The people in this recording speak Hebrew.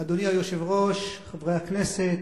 אדוני היושב-ראש, חברי הכנסת,